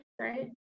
right